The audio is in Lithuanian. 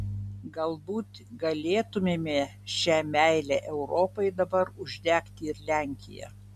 galbūt galėtumėme šia meile europai dabar uždegti ir lenkiją